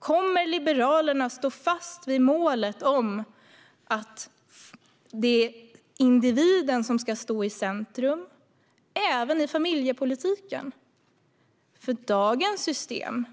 Kommer Liberalerna att stå fast vid målet om att individen ska stå i centrum även i familjepolitiken? Dagens system,